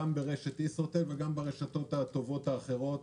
גם ברשת ישרוטל וגם ברשתות הטובות האחרות,